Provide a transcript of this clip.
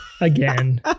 again